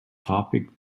topic